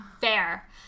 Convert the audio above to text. fair